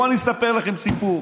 בואו אני אספר לכם סיפור.